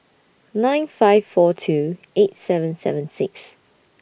nine five four two eight seven seven six